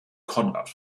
conrad